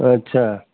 अच्छा